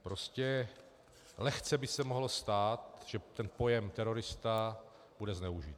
Prostě lehce by se mohlo stát, že pojem terorista bude zneužit.